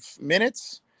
minutes